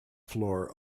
floor